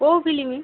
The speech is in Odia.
କୋଉ ଫିଲ୍ମ